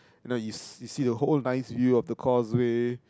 you know you see you see the nice view of the causeway